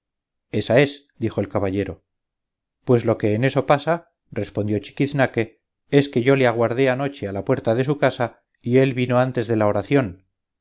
ésa es dijo el caballero pues lo que en eso pasa respondió chiquiznaque es que yo le aguardé anoche a la puerta de su casa y él vino antes de la oración